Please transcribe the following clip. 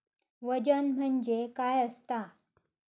वजन म्हणजे काय असता?